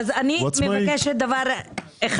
אז אני מבקשת דבר אחד.